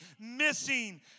missing